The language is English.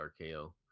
RKO